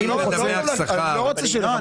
לא, אבל אני לא רוצה שהוא יילך למסלול